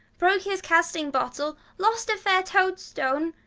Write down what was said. broke his casting bottle, lost a fair toad-stone,